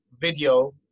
video